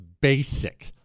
basic